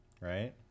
right